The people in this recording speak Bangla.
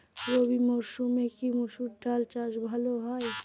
রবি মরসুমে কি মসুর ডাল চাষ ভালো হয়?